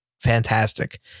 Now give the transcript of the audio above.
fantastic